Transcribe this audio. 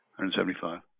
175